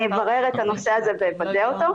אני אברר את הנושא הזה ואוודא אותו,